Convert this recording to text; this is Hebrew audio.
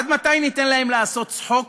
עד מתי ניתן להם לעשות צחוק